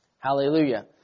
Hallelujah